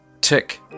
Tick